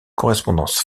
correspondance